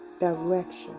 direction